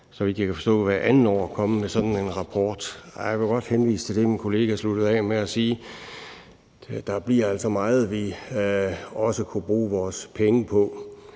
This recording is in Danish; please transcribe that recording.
jeg kan forstå, hvert andet år komme med sådan en rapport. Jeg vil godt henvise til det, min kollega sluttede af med at sige: Der er altså meget, vi også kunne bruge vores penge på.